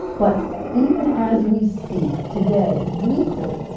but even as we speak, today, weekly,